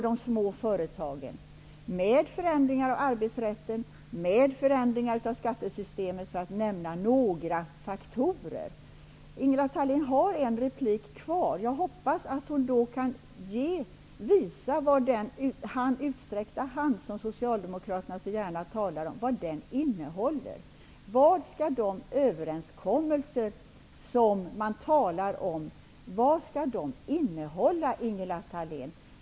Det skall vara förändringar för arbetsrätten och av skattesystemet -- för att nämna några faktorer. Ingela Thalén har en replik kvar. Jag hoppas att hon då kan visa vad den utsträckta handen innehåller -- som socialdemokraterna så gärna talar om. Vad skall de överenskommelser man talar om innehålla, Ingela Thalén?